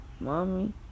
Mommy